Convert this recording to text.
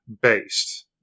based